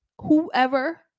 whoever